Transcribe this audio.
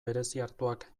bereziartuak